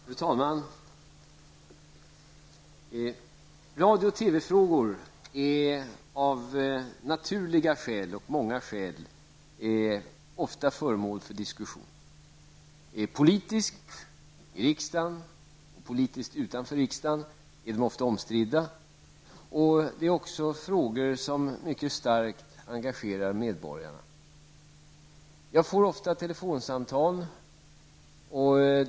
Fru talman! Radio och TV-frågor är av många och naturliga skäl ofta föremål för diskussion. Politiskt såväl i riksdagen som utanför är dessa frågor ofta omstridda. Det är också frågor som mycket starkt engagerar medborgarna. Jag får ofta telefonsamtal.